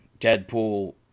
Deadpool